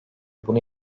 bunu